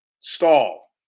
stall